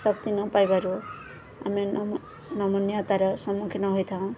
ଶକ୍ତି ନ ପାଇବାରୁ ଆମେ ନ ନମନୀୟତାର ସମ୍ମୁଖୀନ ହୋଇଥାଉଁ